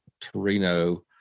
Torino